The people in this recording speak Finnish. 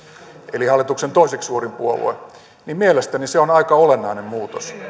eli hallituksen toiseksi suurin puolue heitetään ulos hallituksesta niin mielestäni se on aika olennainen muutos